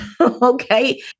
okay